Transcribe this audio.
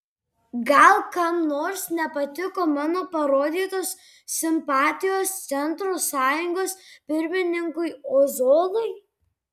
gal kam nors nepatiko mano parodytos simpatijos centro sąjungos pirmininkui ozolui